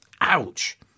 Ouch